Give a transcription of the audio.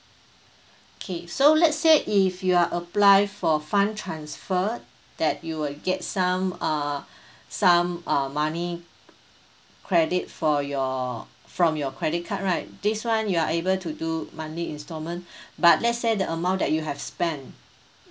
okay so let's say if you are apply for fund transfer that you will get some uh some uh money credit for your from your credit card right this one you are able to do monthly instalment but let's say the amount that you have spent